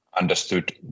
understood